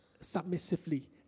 submissively